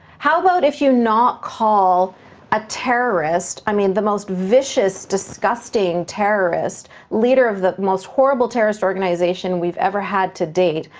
how about if you not call a terrorist, i mean, the most vicious, disgusting terrorist, leader of the most horrible terrorist organization we've ever had to date,